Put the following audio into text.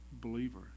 believer